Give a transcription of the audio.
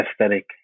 aesthetic